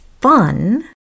fun